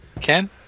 Ken